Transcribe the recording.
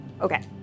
Okay